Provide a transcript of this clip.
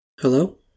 Hello